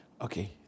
Okay